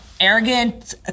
arrogant